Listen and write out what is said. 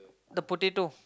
the potato